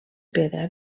pedra